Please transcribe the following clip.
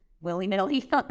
willy-nilly